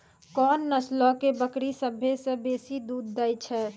कोन नस्लो के बकरी सभ्भे से बेसी दूध दै छै?